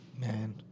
Man